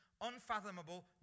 unfathomable